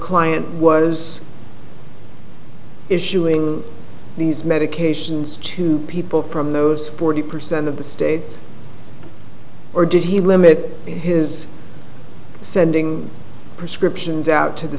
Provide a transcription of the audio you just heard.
client was issuing these medications to people from those forty percent of the states or did he limit his sending prescriptions out to the